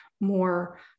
more